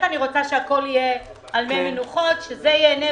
יש בקשה שהיתה החלטה לגביה, של 7 מיליון ₪ לתרבות